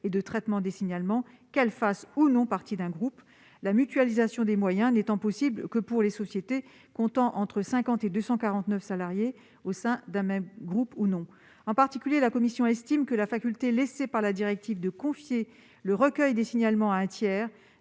et de traitement des signalements, qu'elle fasse ou non partie d'un groupe, la mutualisation des moyens étant possible pour les seules sociétés comptant entre 50 et 249 salariés au sein d'un même groupe. En particulier, toujours d'après la Commission, la faculté laissée par la directive de confier le recueil des signalements à un tiers